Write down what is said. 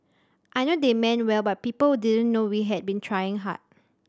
I know they meant well but people didn't know we had been trying hard